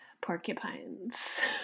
porcupines